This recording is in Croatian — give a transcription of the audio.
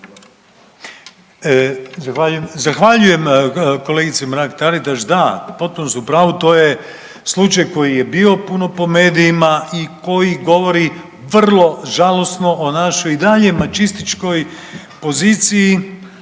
Zahvaljujem kolegice Mrak-Taritaš da, potpuno ste u pravu. To je slučaj koji je bio puno po medijima i koji govori vrlo žalosno o našoj i dalje mačističkoj poziciji